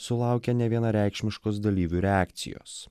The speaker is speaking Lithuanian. sulaukė nevienareikšmiškos dalyvių reakcijos